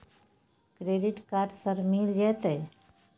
Credit card sir मिल जेतै?